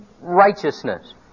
righteousness